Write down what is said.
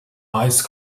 ice